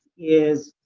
is.